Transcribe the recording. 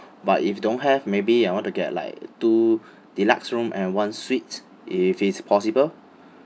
but if don't have maybe I want to get like two deluxe room and one suites if it's possible